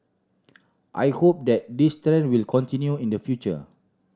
I hope that this tend will continue in the future